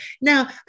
Now